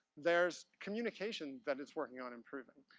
there's communication that it's working on improving.